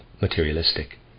materialistic